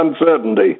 uncertainty